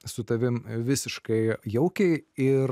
su tavim visiškai jaukiai ir